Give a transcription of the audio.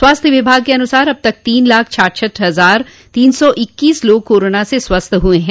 स्वास्थ्य विभाग के अनुसार अब तक तीन लाख छाछठ हजार तीन सौ इक्कीस लोग कोरोना से स्वस्थ हुए है